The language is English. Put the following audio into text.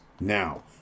Now